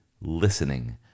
listening